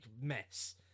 mess